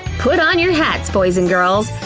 put on your hats, boys and girls,